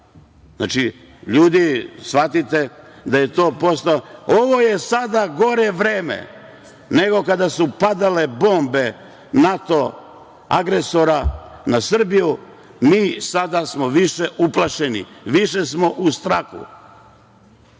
ja".Znači, ljudi shvatite da je to postalo, ovo je sada gore vreme nego kada su padale bombe NATO agresora na Srbiju. Mi sada smo više uplašeni. Više smo u strahu